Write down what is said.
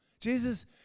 Jesus